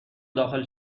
داخل